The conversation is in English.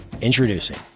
introducing